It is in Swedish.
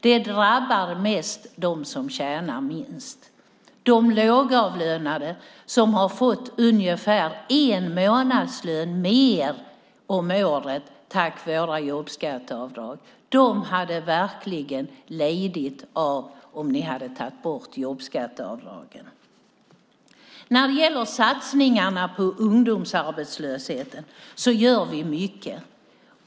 Det drabbar dem mest som tjänar minst. De lågavlönade som har fått ungefär en månadslön mer om året tack vare våra jobbskatteavdrag skulle verkligen lida av om ni tog bort jobbskatteavdraget. När det gäller satsningarna på ungdomsarbetslösheten gör vi mycket.